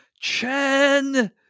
Chen